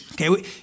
Okay